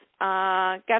got